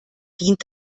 dient